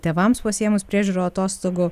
tėvams pasiėmus priežiūrų atostogų